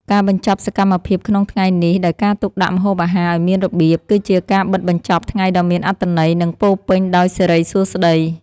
ការបញ្ចប់សកម្មភាពក្នុងថ្ងៃនេះដោយការទុកដាក់ម្ហូបអាហារឱ្យមានរបៀប គឺជាការបិទបញ្ចប់ថ្ងៃដ៏មានអត្ថន័យ និងពោពេញដោយសិរីសួស្តី។